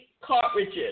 cartridges